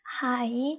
Hi